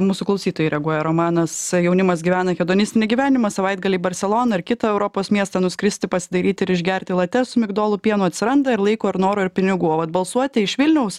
mūsų klausytojai reaguoja romanas jaunimas gyvena hedonistinį gyvenimą savaitgalį į barseloną ar kitą europos miestą nuskristi pasidairyti ir išgerti latė su migdolų pienu atsiranda ir laiko ir noro ir pinigų o vat balsuoti iš vilniaus